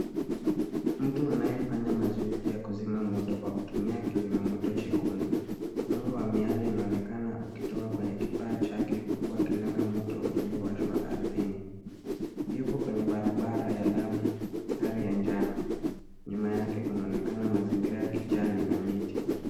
Mtu anayefanya mazoezi ya kuzima moto kwa kutumia kizima moto chekundu, mwanga wa miali inaonekana ukitoka kwenye kifaa chake huku akilenga moto uliowashwa ardhini. Yupo kwenye barabara ya Lami, mstari ya njano. Nyuma yake kunaonekana mazingira ya kijani na miti.